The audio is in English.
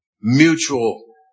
mutual